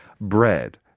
bread